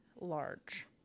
large